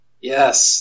Yes